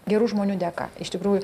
gerų žmonių dėka iš tikrųjų